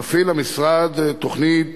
מפעיל המשרד תוכנית